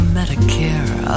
Medicare